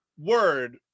word